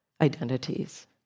identities